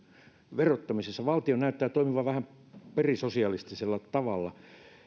verottamisessa valtio näyttää toimivan perisosialistisella tavalla